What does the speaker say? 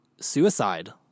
suicide